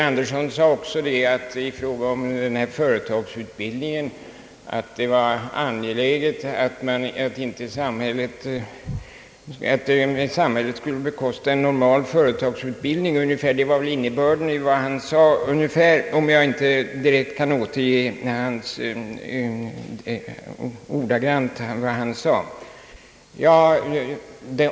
Vidare sade herr Birger Andersson att det är angeläget att samhället inte bekostar en normal företagsutbildning — jag kan inte ordagrant återge vad han sade, men det var väl ungefär innebörden.